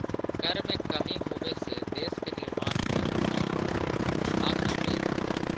कर में कमी होबे से देश के निर्माण में रुकाबत आ सकलई हे